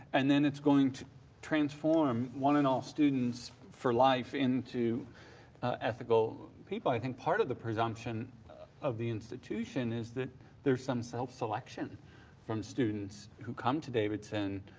and then it's going to transform one and all students for life into ethical people. i think part of the presumption of the institution is that there's some self-selection from students who come to davidson